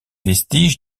vestiges